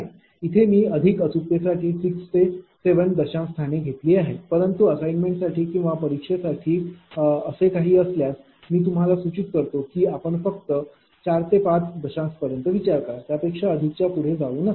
मी इथे अधिक अचूकतेसाठी 6 ते 7 दशांश स्थाने घेतली आहेत परंतु असाइनमेंटसाठी किंवा परीक्षेसाठी असे काहीतरी असल्यास मी सूचित करतो की आपण फक्त 4 किंवा 5 दशांश पर्यंतच विचार करा त्यापेक्षा अधिकच्या पुढे जाऊ नका